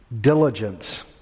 diligence